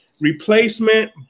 Replacement